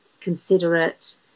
considerate